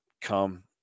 come